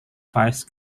vice